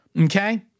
Okay